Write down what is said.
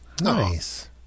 Nice